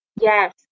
Yes